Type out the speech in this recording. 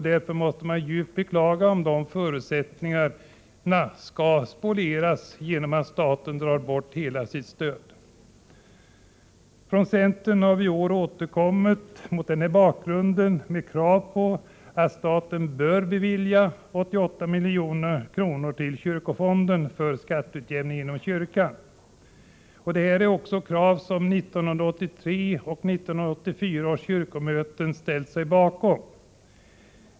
Man måste djupt beklaga om förutsättningarna för detta nu spolieras genom att staten drar bort hela sitt stöd. Från centern har vi i år mot denna bakgrund återkommit med vårt krav att staten skall bevilja 88 milj.kr. till kyrkofonden för skatteutjämning inom kyrkan. Detta är ett krav som 1983 och 1984 års kyrkomöten ställt sig bakom.